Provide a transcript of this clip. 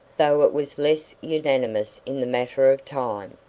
though it was less unanimous in the matter of time.